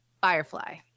Firefly